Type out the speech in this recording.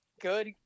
Good